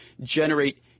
generate